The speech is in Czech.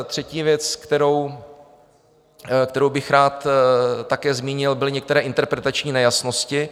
Třetí věc, kterou bych rád také zmínil, byly některé interpretační nejasnosti.